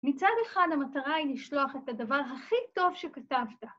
מצד אחד המטרה היא לשלוח את הדבר הכי טוב שכתבת.